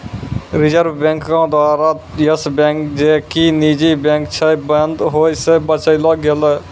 reserve बैंको द्वारा Yes Bank जे कि निजी बैंक छै, बंद होय से बचैलो गेलै